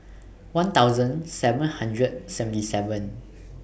one thousand seven hundred seventy seven